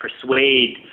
persuade